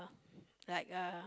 like a